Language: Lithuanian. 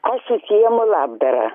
aš užsiimu labdara